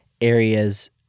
areas